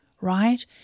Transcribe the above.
right